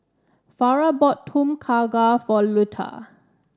Farrah bought Tom Kha Gai for Luetta